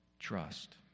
trust